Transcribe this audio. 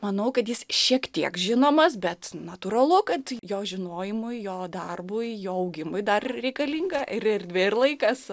manau kad jis šiek tiek žinomas bet natūralu kad jo žinojimui jo darbui jo augimui dar reikalinga ir erdvė ir laikas